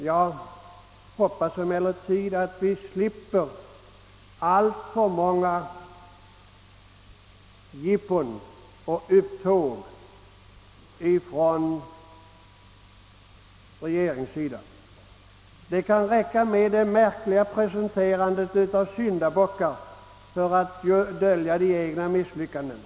Jag hoppas emellertid att vi slipper alltför många jippon och upptåg från regeringssidan. Det kan räcka med det märkliga presenterandet av syndabockar för att dölja det egna misslyckandet.